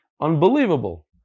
Unbelievable